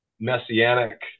messianic